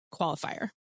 qualifier